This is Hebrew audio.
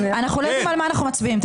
אם מקריאים את מספרי ההסתייגויות,